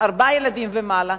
ארבעה ילדים ומעלה,